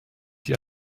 die